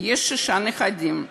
יש שישה נכדים,